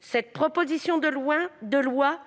Cette proposition de loi